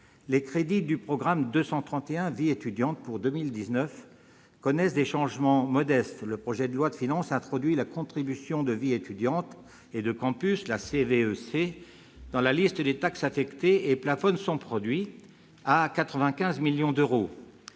Les crédits du programme 231, « Vie étudiante », connaissent des changements modestes pour 2019. Le projet de loi de finances introduit la contribution vie étudiante et de campus, la CVEC, dans la liste des taxes affectées, plafonnant son produit à 95 millions d'euros.